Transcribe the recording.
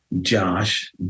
Josh